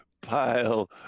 pile